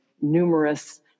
numerous